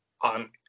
on